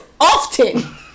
often